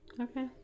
Okay